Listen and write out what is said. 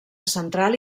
central